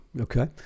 Okay